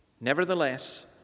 Nevertheless